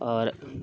आओर